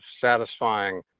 satisfying